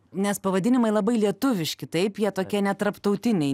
nes pavadinimai labai lietuviški taip jie tokie netarptautiniai